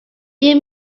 you